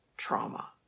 trauma